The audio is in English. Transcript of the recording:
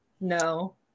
No